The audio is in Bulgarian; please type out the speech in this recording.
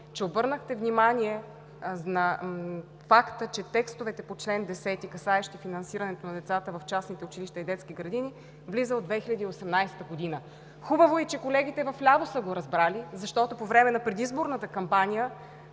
че обърнахте внимание на факта, че текстовете по чл. 10, касаещи финансирането на децата в частните училища и детски градини, влиза от 2018 г. Хубаво е, че и колегите вляво са го разбрали, защото по време на предизборната кампания